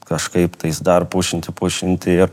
kažkaip tais dar pusšimtį pusšimtį ir